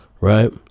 Right